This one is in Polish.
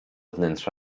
wnętrza